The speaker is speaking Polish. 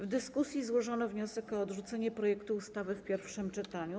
W dyskusji złożono wniosek o odrzucenie projektu ustawy w pierwszym czytaniu.